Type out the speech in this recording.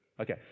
Okay